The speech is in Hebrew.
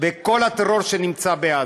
ולכל הטרור שנמצא בעזה: